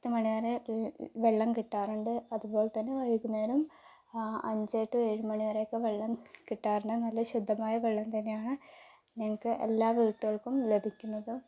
പത്ത് മണിവരെ വെള്ളം കിട്ടാറുണ്ട് അതുപോലെതന്നെ വൈകുന്നേരം അഞ്ചെ ടൂ ഏഴുമണിവരെയൊക്കെ വെള്ളം കിട്ടാറുണ്ട് നല്ല ശുദ്ധമായ വെള്ളം തന്നെയാണ് ഞങ്ങൾക്ക് എല്ലാ വീടുകൾക്കും ലഭിക്കുന്നത്